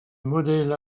modèle